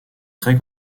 très